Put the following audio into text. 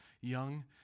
young